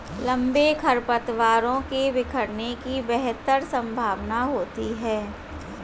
लंबे खरपतवारों के बिखरने की बेहतर संभावना होती है